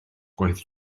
gwaith